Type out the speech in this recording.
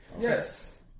Yes